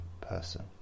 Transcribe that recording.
person